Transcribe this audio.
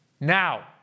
Now